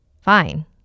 Fine